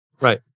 right